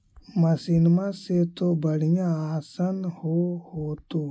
मसिनमा से तो बढ़िया आसन हो होतो?